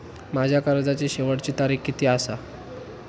माझ्या कर्जाची शेवटची तारीख किती आसा?